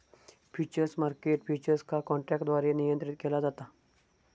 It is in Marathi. फ्युचर्स मार्केट फ्युचर्स का काँट्रॅकद्वारे नियंत्रीत केला जाता